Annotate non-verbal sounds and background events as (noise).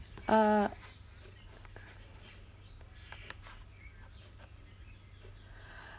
uh (breath)